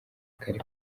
kari